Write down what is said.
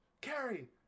Carrie